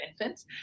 infants